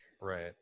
Right